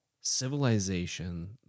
civilization